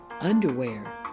Underwear